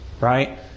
right